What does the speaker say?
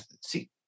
see